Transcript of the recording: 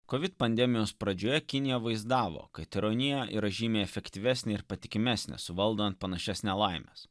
kuomet pandemijos pradžioje kinija vaizdavo kad tironija yra žymiai efektyvesnė ir patikimesnis valdant panašias nelaimes